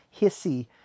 hissy